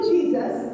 Jesus